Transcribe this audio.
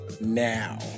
now